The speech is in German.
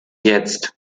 jetzt